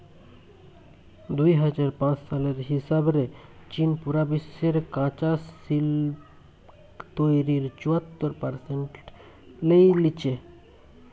দুই হাজার পাঁচ সালের হিসাব রে চীন পুরা বিশ্বের কাচা সিল্ক তইরির চুয়াত্তর পারসেন্ট লেই লিচে